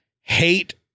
hate